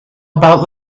about